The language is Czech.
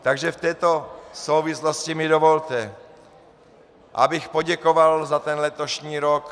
Takže v této souvislosti mi dovolte, abych poděkoval za ten letošní rok.